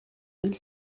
mille